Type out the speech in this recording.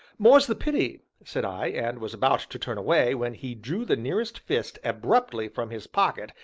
more's the pity! said i, and was about to turn away, when he drew the nearest fist abruptly from his pocket,